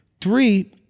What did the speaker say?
Three